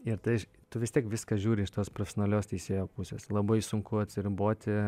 ir tai tu vis tiek viską žiūri iš tos profesionalios teisėjo pusės labai sunku atsiriboti